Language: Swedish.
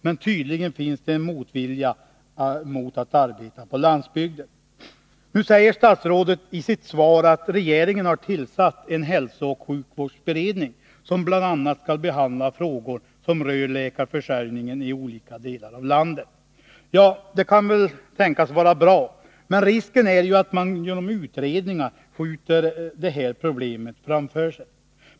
Men tydligen finns det en motvilja mot att arbeta på landsbygden.” Nu säger statsrådet i sitt svar att regeringen har tillsatt en hälsooch sjukvårdsberedning, som bl.a. skall behandla frågor som rör läkarförsörjningeni olika delar av landet. Ja, det kan väl tänkas vara bra, men risken är ju att man genom utredningar skjuter detta problem framför sig.